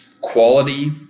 quality